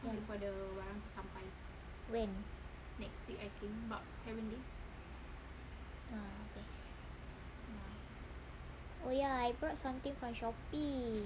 when oh ya I bought something from shopee